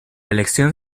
elección